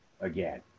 again